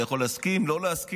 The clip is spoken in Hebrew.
אתה יכול להסכים, לא להסכים,